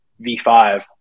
v5